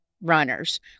runners